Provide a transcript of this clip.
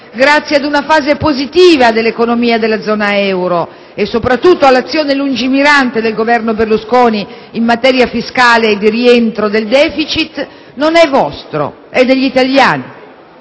grazie ad una fase positiva dell'economia della zona euro e soprattutto all'azione lungimirante del Governo Berlusconi in materia fiscale e di rientro dal *deficit,* non è vostro, è degli italiani.